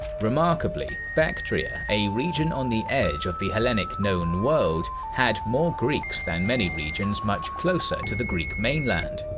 remarkably, bactria, a region on the edge of the hellenic known world, had more greeks than many regions much closer to the greek mainland.